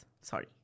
sorry